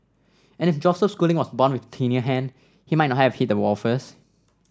and if Joseph Schooling was born with a tinier hand he might not have hit the wall first